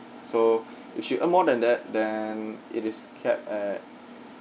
so if she earn more than that then it is capped at